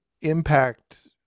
impact